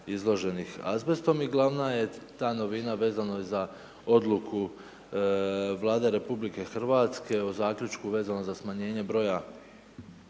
izloženih azbestom i glavna je ta novina, vezano i za odluku Vlade Republike Hrvatske o zaključku vezanom za smanjenje broja